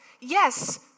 Yes